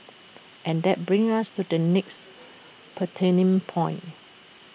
and that brings us to the next pertinent point